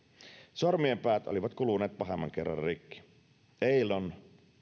sormien päät olivat kuluneet pahemman kerran rikki einon